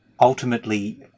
ultimately